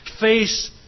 face